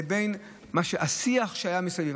לבין השיח שהיה מסביב.